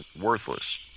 worthless